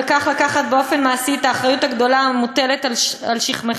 ובכך לקחת באופן מעשי את האחריות הגדולה המוטלת על שכמך.